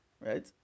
Right